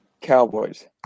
Cowboys